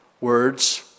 words